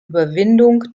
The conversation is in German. überwindung